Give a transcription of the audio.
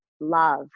love